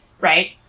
right